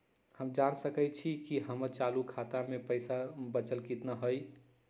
हम जान सकई छी कि हमर चालू खाता में पइसा बचल कितना हई